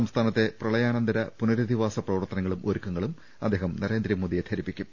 സംസ്ഥാനത്തെ പ്രളയാനന്തര പുനരധിവാസ പ്രവർത്തനങ്ങളും ഒരുക്കങ്ങളും അദ്ദേഹം നരേന്ദ്രമോദിയെ ധരിപ്പിക്കും